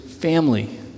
family